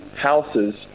houses